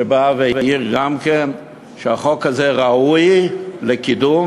שבא והעיר גם כן שהחוק הזה ראוי לקידום,